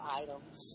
items